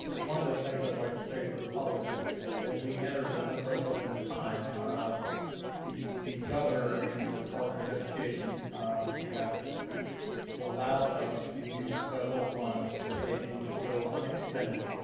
one of the things i'd like to say for the public is as we enter the unprecedented time, ah the the governor and the department of education have allowed us to use federal funds that maybe would go unexpended.